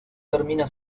termina